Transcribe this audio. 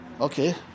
Okay